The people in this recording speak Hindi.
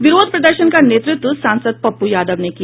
विरोध प्रदर्शन का नेतृत्व सांसद पप्पू यादव ने किया